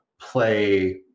play